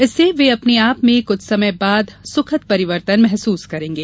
इससे वे अपने आप में कुछ समय बाद सुखद परिवर्तन महसूस करेंगे